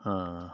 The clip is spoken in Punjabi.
ਹਾਂ